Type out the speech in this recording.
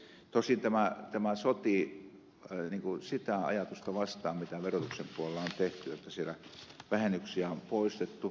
tosin tämä sotii sitä ajatusta vastaan mitä verotuksen puolella on tehty että siellä vähennyksiä on poistettu